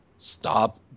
stop